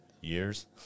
years